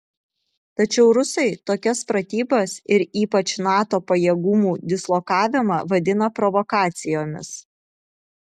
tačiau rusai tokias pratybas ir ypač nato pajėgumų dislokavimą vadina provokacijomis